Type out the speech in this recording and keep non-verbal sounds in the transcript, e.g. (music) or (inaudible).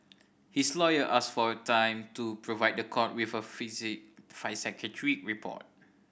his lawyer asked for a time to provide the court with a (unintelligible) psychiatric report